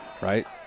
right